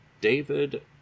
David